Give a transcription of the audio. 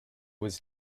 was